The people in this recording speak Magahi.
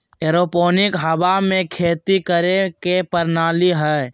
एरोपोनिक हवा में खेती करे के प्रणाली हइ